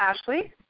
Ashley